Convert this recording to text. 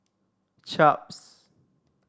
chaps